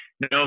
no